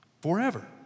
Forever